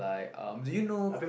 like um do you know